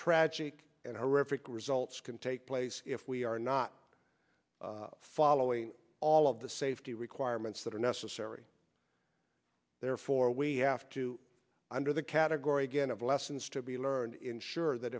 tragic and horrific results can take place if we are not following all of the safety requirements that are necessary therefore we have to under the category again of lessons to be learned ensure that